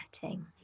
setting